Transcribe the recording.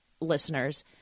listeners